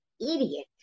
idiot